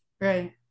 right